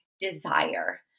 Desire